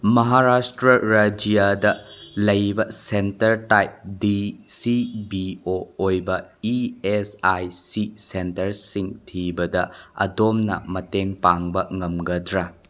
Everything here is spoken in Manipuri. ꯃꯍꯥꯔꯥꯁꯇ꯭ꯔ ꯔꯥꯖ꯭ꯌꯥꯗ ꯂꯩꯕ centre type D C B O ꯑꯣꯏꯕ ꯏ ꯑꯦꯁ ꯑꯥꯏ ꯁꯤ ꯁꯦꯟꯇꯔꯁꯤꯡ ꯊꯤꯕꯗ ꯑꯗꯣꯝꯅ ꯃꯇꯦꯡ ꯄꯥꯡꯕ ꯉꯝꯒꯗ꯭ꯔ